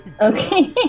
Okay